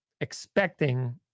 expecting